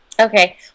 Okay